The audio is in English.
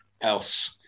else